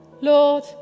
Lord